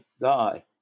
die